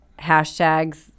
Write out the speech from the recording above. hashtags